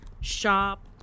shop